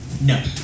no